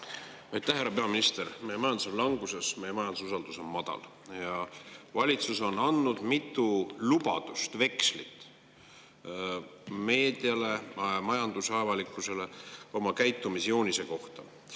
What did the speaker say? Härra peaminister! Meie majandus on languses, meie majandususaldus on madal. Valitsus on andnud mitu lubadust, vekslit meediale, majandusavalikkusele oma käitumisjoonise kohta.